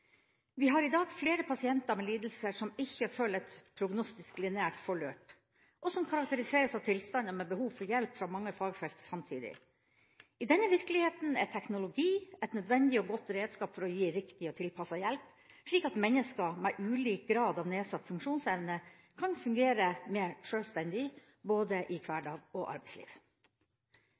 Vi har i dag flere pasienter med lidelser som ikke følger et prognostisk, lineært forløp, og som karakteriseres av tilstander med behov for hjelp fra mange fagfelt samtidig. I denne virkeligheten er teknologi et nødvendig og godt redskap for å gi riktig og tilpasset hjelp, slik at mennesker med ulik grad av nedsatt funksjonsevne kan fungere mer selvstendig, i både hverdag og arbeidsliv.